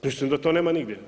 Mislim da to nema nigdje.